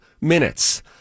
minutes